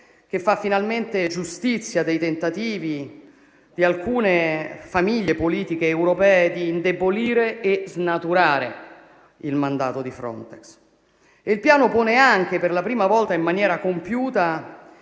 che fa finalmente giustizia dei tentativi di alcune famiglie politiche europee di indebolire e snaturare il mandato di Frontex. Il piano pone anche, per la prima volta in maniera compiuta,